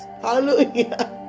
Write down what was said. Hallelujah